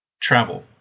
travel